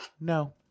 No